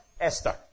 Esther